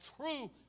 true